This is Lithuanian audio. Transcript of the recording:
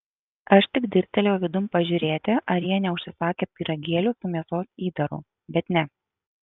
aš tik dirstelėjau vidun pažiūrėti ar jie neužsisakę pyragėlių su mėsos įdaru bet ne